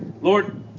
Lord